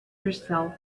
yourself